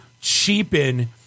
cheapen